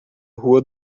rua